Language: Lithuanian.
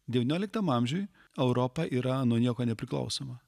devynioliktam amžiuj europa yra nuo nieko nepriklausoma